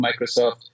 Microsoft